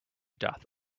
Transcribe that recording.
doth